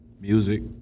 music